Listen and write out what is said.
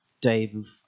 Dave